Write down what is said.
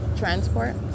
transport